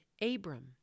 Abram